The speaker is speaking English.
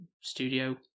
studio